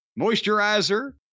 moisturizer